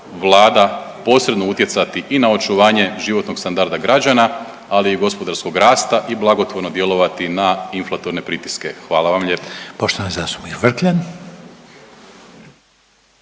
Vlada posredno utjecati i na očuvanje životnog standarda građana, ali i gospodarskog rasta i blagotvorno djelovati na inflatorne pritiske, hvala vam lijepo. **Reiner, Željko